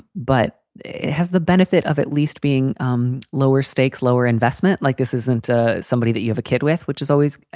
but it has the benefit of at least being um lower stakes, lower investment like this isn't ah somebody that you have a kid with, which is always,